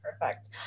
perfect